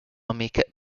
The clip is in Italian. amiche